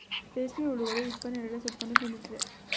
ರೇಷ್ಮೆ ಹುಳುಗಳು ಹಿಪ್ಪನೇರಳೆ ಸೋಪ್ಪನ್ನು ತಿನ್ನುತ್ತವೆ